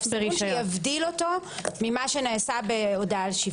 שיבדיל אותו ממה שנעשה בהודעה על שיווק.